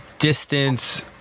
distance